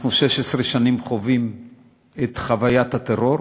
אנחנו 16 שנים חווים את חוויית הטרור.